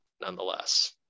Nonetheless